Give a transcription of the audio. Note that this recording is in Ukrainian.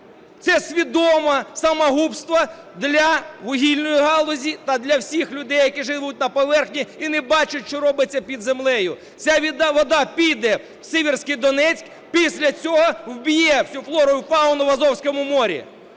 Це свідоме самогубство для вугільної галузі та для всіх людей, які живуть на поверхні і не бачать, що робиться під землею. Ця вода піде в Сіверський Донець, після цього вб'є всю флору і фауну в Азовському морі.